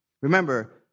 Remember